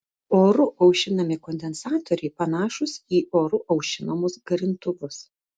oru aušinami kondensatoriai panašūs į oru aušinamus garintuvus